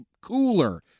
cooler